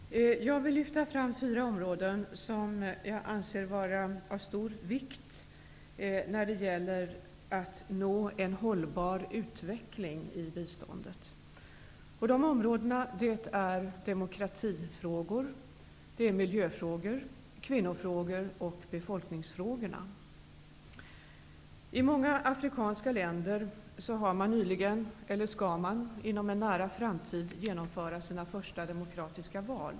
Herr talman! Jag vill lyfta fram fyra områden som jag anser vara av stor vikt när det gäller att nå en hållbar utveckling i biståndet. De områdena är demokratifrågor, miljöfrågor, kvinnofrågor och befolkningsfrågor. I många afrikanska länder har man nyligen genomfört eller skall man inom en nära framtid genomföra sina första demokratiska val.